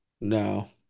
No